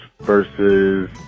versus